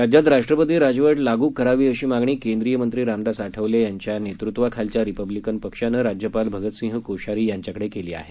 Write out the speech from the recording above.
राज्यात राष्ट्रपती राजवट लागू करावी अशी मागणी केंद्रीय मंत्री रामदास आठवले यांच्या नेतृत्वाखालच्या रिपब्लिकन पक्षानं राज्यपाल भगतसिंग कोश्यारी यांच्याकडे केली आहे